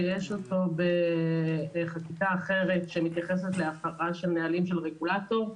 שיש אותו בחקיקה אחרת שמתייחסת להפרה של נהלים של רגולטור.